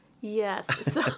Yes